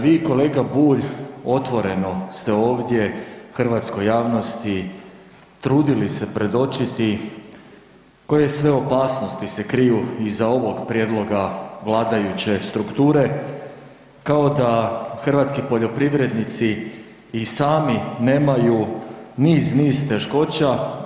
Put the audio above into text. Vi i kolega Bulj otvoreno ste ovdje hrvatskoj javnosti trudili se predočiti koje sve opasnosti se kriju iza ovog prijedloga vladajuće strukture kao da hrvatski poljoprivrednici i sami nemaju niz, niz teškoća.